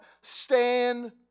Stand